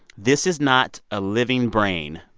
this is not a living brain.